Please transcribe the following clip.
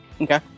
Okay